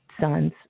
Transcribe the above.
son's